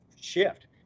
shift